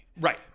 Right